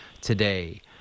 today